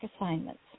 assignments